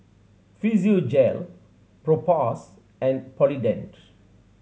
Physiogel Propass and Polident